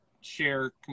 share